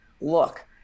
look